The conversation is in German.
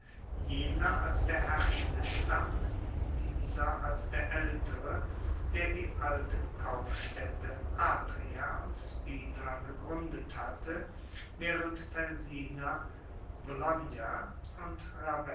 jener als der herrschende stamm dieser als der aeltere der die alten kaufstaedte atria und spina gegruendet hatte waehrend felsina bologna und